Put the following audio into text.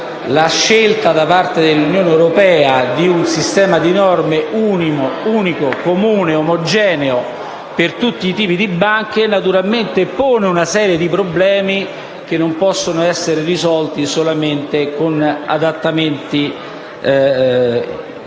La scelta, da parte dell'Unione europea, di un sistema di norme unico, comune ed omogeneo per tutti i tipi di banche naturalmente pone una serie di problemi, che non possono essere risolti solamente con adattamenti posteriori.